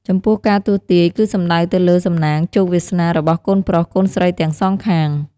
ចំពោះការទស្សន៍ទាយគឺសំដៅទៅលើសំណាងជោគវាសនារបស់កូនប្រុសកូនស្រីទាំងសងខាង។